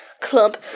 clump